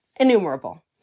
innumerable